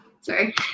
Sorry